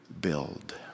build